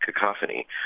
Cacophony